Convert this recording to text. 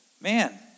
man